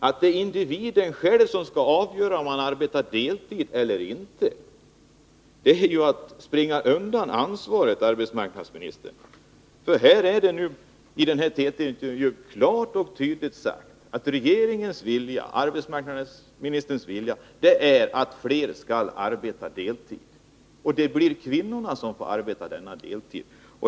Att säga att individen själv skall avgöra om han eller hon vill arbeta deltid eller inte är ju att dra sig undan ansvaret, herr arbetsmarknadsminister! I TT-intervjun sades det klart och tydligt att arbetsmarknadsministerns vilja är att flera skall arbeta deltid. Och det blir kvinnorna som får ta den deltiden.